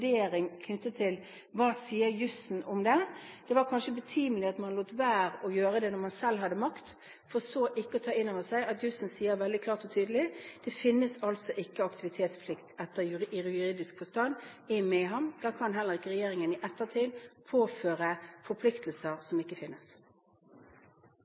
knyttet til hva jussen sier om det. Det var kanskje betimelig å la være å gjøre det når man selv hadde makt, for så ikke å ta inn over seg at jussen sier veldig klart og tydelig: Det finnes altså ikke aktivitetsplikt i juridisk forstand i Mehamn, og da kan heller ikke regjeringen i ettertid påføre forpliktelser